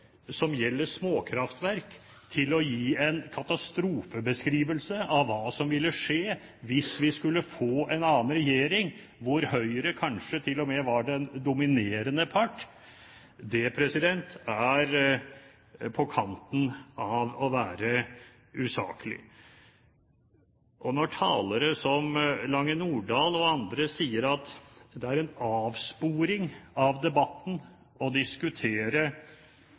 som gjelder småkraftverk, til å gi en katastrofebeskrivelse av hva som ville skje hvis vi skulle få en annen regjering hvor Høyre kanskje til og med var den dominerende part, er på kanten av å være usaklig. Når talere som Lange Nordahl og andre sier at det er en avsporing av debatten å diskutere